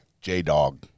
J-Dog